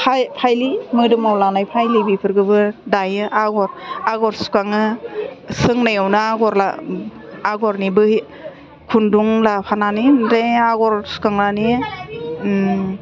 फालि मोदोमाव लानाय फालि बेफोरखौबो दायो आग'र आग'र सुखाङो सोंनायावनो आग'र आगरनिबो खुन्दुं लाफानानै ओमफ्राय आग'र सुखांनानै